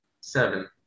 Seven